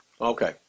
Okay